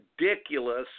ridiculous